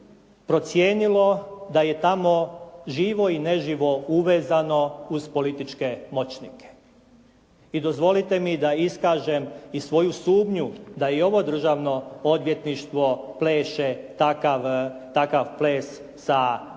procijenilo da je tamo živo i ne živo uvezano uz političke moćnike. I dozvolite mi da iskažem i svoju sumnju da i ovo državno odvjetništvo pleše takav ples sa nekim